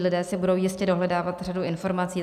Lidé si budou jistě dohledávat řadu informací.